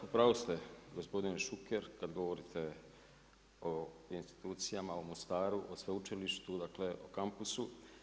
U pravu ste, gospodine Šuker kad govorite o institucijama, o Mostaru, o sveučilištu, dakle o kampusu.